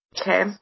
Okay